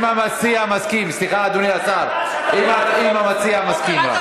סליחה, אדוני השר, אם המציע מסכים, רק.